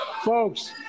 folks